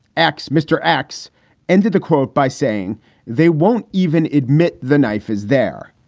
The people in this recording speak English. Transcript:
x, mr. x ended the quote by saying they won't even admit the knife is there.